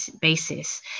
basis